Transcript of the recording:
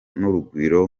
n’urugwiro